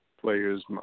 players